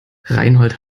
reinhold